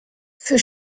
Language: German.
für